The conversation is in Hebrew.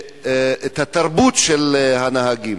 התרבות של הנהגים.